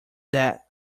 that